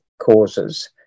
causes